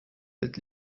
welt